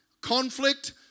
conflict